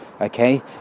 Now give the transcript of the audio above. okay